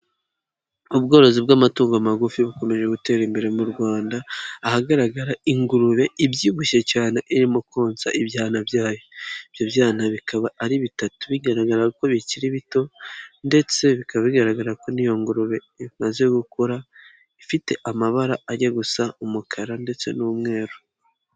Ubworozi bw'amatungo magufi bukomeje gutera imbere mu Rwanda ahagaragara ingurube ibyibushye cyane irimo konsa ibyana byayo ibyo bana bikaba ari bitatu bigaragara ko bikiri bito ndetse bikaba bigaragara ko n'iyo ngurube imaze gukora ifite amabara ajya gusa umukara ndetse n'umweru.